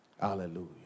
Hallelujah